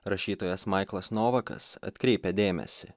rašytojas maiklas novakas atkreipia dėmesį